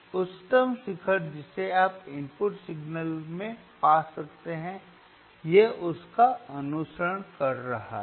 उच्चतम शिखर जिसे आप इनपुट सिग्नल में पा सकते हैं यह उसका अनुसरण कर रहा है